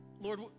Lord